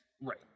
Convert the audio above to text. Right